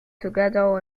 together